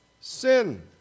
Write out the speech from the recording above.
Sin